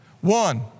One